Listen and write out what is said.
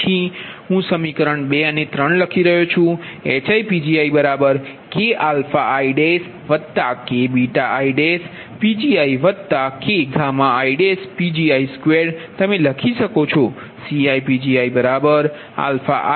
પછી હું સમીકરણ 2 અને 3 લખી રહ્યો છું તે HiPgikαikβiPgikγiPgi2 તમે લખી શકો છો